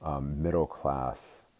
middle-class